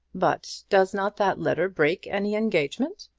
but does not that letter break any engagement?